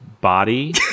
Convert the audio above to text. body